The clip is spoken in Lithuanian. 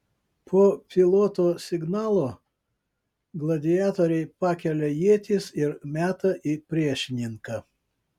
po piloto signalo gladiatoriai pakelia ietis ir meta į priešininką